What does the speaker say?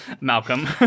Malcolm